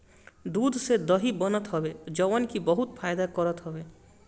दूध से दही बनत हवे जवन की बहुते फायदा करत हवे